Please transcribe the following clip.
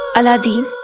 aladdin.